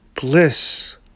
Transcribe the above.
bliss